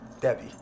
Debbie